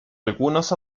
algunos